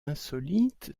insolite